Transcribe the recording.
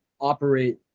operate